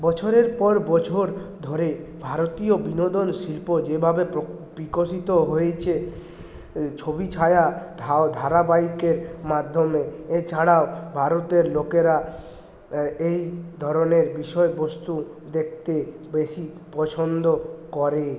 বছরের পর বছর ধরে ভারতীয় বিনোদন শিল্প যেভাবে বিকশিত হয়েছে ছবিছায়া ধারাবাহিকের মাধ্যমে এছাড়াও ভারতের লোকেরা এই ধরণের বিষয়বস্তু দেখতে বেশি পছন্দ করে